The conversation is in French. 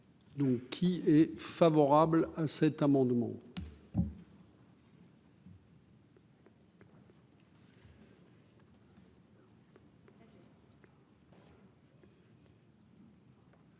il est favorable à cet amendement.